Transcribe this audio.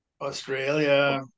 Australia